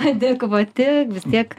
adekvati vis tiek